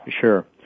Sure